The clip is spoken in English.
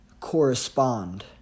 correspond